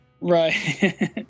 Right